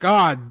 God